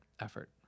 effort